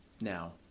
Now